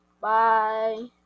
bye